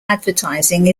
advertising